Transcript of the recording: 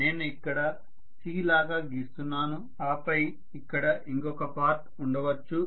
నేను ఇక్కడ C లాగా గీస్తున్నాను ఆపై ఇక్కడ ఇంకొక పార్ట్ ఉండవచ్చు